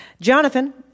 Jonathan